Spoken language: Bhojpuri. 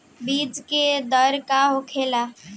बीज के दर का होखेला?